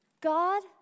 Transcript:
God